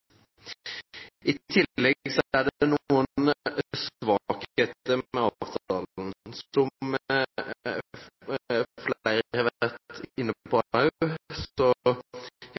I tillegg er det noen svakheter med avtalen. Som flere har vært inne på